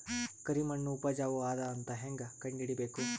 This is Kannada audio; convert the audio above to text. ಕರಿಮಣ್ಣು ಉಪಜಾವು ಅದ ಅಂತ ಹೇಂಗ ಕಂಡುಹಿಡಿಬೇಕು?